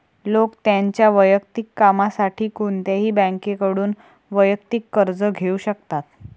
लोक त्यांच्या वैयक्तिक कामासाठी कोणत्याही बँकेकडून वैयक्तिक कर्ज घेऊ शकतात